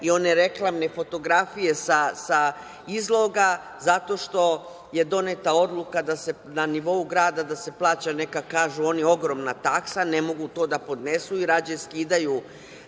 i one reklamne fotografije sa izloga, zato što je doneta odluka da se na nivou grada da se plaća neka, kažu oni, ogromna taksa, ne mogu to da podnesu i rađe skidaju